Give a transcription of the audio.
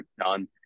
done